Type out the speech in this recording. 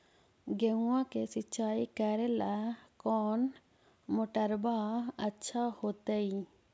गेहुआ के सिंचाई करेला कौन मोटरबा अच्छा होतई?